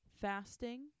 fasting